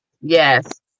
Yes